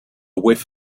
whiff